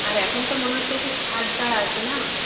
আর এখন তো মনে হচ্ছে একটু ছাড় টাড় আছে না